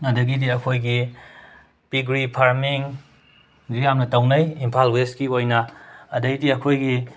ꯑꯗꯒꯤꯗꯤ ꯑꯩꯈꯣꯏꯒꯤ piggery farming ꯍꯧꯖꯤꯛ ꯌꯥꯝꯅ ꯇꯧꯅꯩ ꯏꯝꯐꯥꯜ ꯋꯦꯁ ꯀꯤ ꯑꯣꯏꯅ ꯑꯗꯩꯗꯤ ꯑꯩꯈꯣꯏꯒꯤ